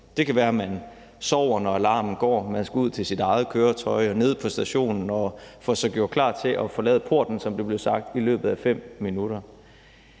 Det kan være, at man sover, når alarmen går, og man skal ud til sit eget køretøj og ned på stationen for så at få gjort klar til at forlade porten, som der blev sagt, i løbet af 5 minutter.